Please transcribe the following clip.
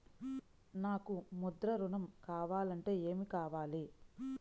నాకు ముద్ర ఋణం కావాలంటే ఏమి కావాలి?